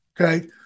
okay